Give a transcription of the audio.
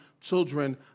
children